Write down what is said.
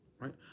Right